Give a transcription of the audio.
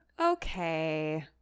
Okay